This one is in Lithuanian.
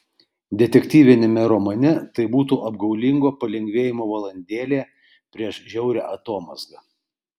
detektyviniame romane tai būtų apgaulingo palengvėjimo valandėlė prieš žiaurią atomazgą